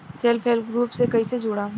Self help group से कइसे जुड़म?